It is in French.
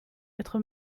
être